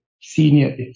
senior